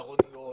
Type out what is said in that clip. ארוניות,